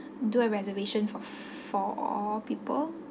do a reservation for four people